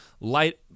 light